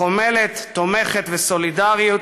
חומלת, תומכת וסולידרית.